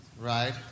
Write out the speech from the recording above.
Right